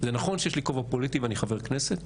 זה נכון שיש לי כובע פוליטי ואני חבר כנסת,